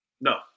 no